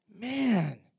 Man